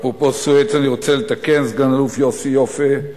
אפרופו סואץ, אני רוצה לתקן, סגן-אלוף יוסי יפה,